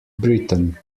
britain